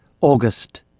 August